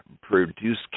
produce